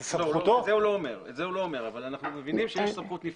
את זה הוא לא אומר אבל אנחנו מבינים שיש סמכות נפרדת.